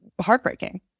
heartbreaking